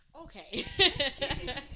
okay